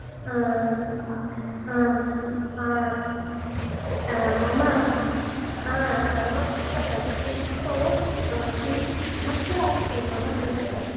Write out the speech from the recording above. ह हा मम हा सर्वं कुशलं किन्तु किञ्चित् समस्या अस्ति मम कृते